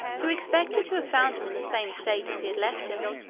who expected to have found him in the same state as he had left him,